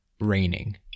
raining